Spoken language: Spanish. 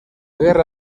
guerra